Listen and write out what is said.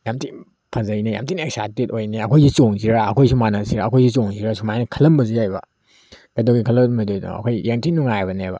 ꯌꯥꯝ ꯊꯤꯅ ꯐꯖꯩꯅꯦ ꯌꯥꯝ ꯊꯤꯅ ꯑꯦꯛꯁꯥꯏꯇꯦꯠ ꯑꯣꯏꯅꯦ ꯑꯩꯈꯣꯏꯁꯨ ꯆꯣꯡꯁꯤꯔꯥ ꯑꯩꯈꯣꯏꯁꯨ ꯃꯥꯟꯅꯁꯤ ꯑꯩꯈꯣꯏꯁꯨ ꯆꯣꯡꯁꯤꯔꯥ ꯁꯨꯃꯥꯏꯅ ꯈꯜꯂꯝꯕꯁꯨ ꯌꯥꯏꯑꯕ ꯀꯩꯗꯧꯕꯒꯤ ꯈꯜꯂꯝꯂꯣꯏꯗꯣꯏꯅꯣ ꯑꯩꯈꯣꯏ ꯌꯥꯝ ꯊꯤꯅ ꯅꯨꯡꯉꯥꯏꯕꯅꯦꯕ